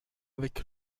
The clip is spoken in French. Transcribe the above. avec